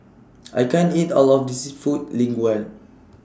I can't eat All of This Seafood Linguine